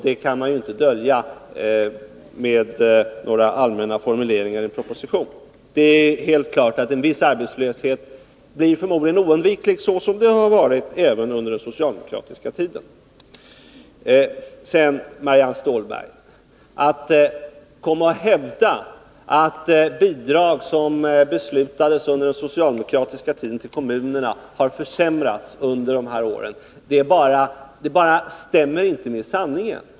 Den kan man ju inte dölja med några allmänna formuleringar i en proposition. Det är helt klart att en viss arbetslöshet förmodligen blir oundviklig, liksom det har varit oundvikligt med arbetslöshet även under den socialdemokratiska tiden. Att vidare, som Marianne Stålberg gör, hävda att bidrag som är beslutade under den socialdemokratiska tiden har försämrats för kommunerna under de här åren stämmer inte heller med sanningen.